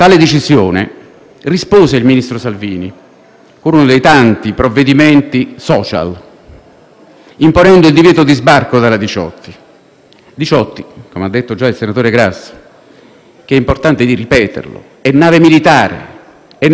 imponendo il divieto di sbarco dalla Diciotti. La Diciotti, come ha detto già il senatore Grasso ed è importante ripeterlo, è nave militare, è territorio italiano, a maggior ragione nelle acque interne di un porto come Catania.